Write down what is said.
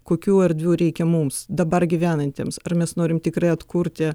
kokių erdvių reikia mums dabar gyvenantiems ar mes norim tikrai atkurti